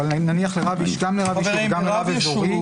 אבל נניח גם לרב יישוב וגם לרב אזורי